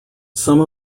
some